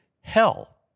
hell